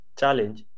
challenge